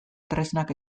tresnak